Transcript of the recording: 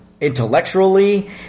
intellectually